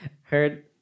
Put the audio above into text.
heard